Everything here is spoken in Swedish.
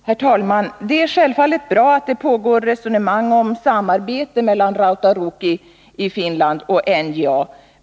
Herr talman! Det är självfallet bra att det pågår resonemang om samarbete mellan Rautaruukki i Finland och NJA.